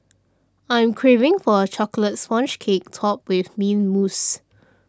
I am craving for a Chocolate Sponge Cake Topped with Mint Mousse